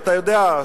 אתה יודע,